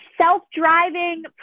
self-driving